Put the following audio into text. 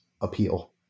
appeal